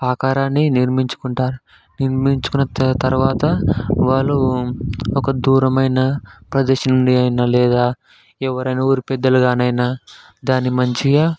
ఆకారాన్ని నిర్మించుకుంటారు నిర్మించుకున్న త తర్వాత వాళ్ళు ఒక దూరమైన ప్రదేశాన్ని లేదా ఎవరైనా ఊరి పెద్దలు కాని అయినా దాన్ని మంచిగా